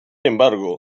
embargo